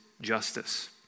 justice